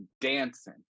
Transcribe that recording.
dancing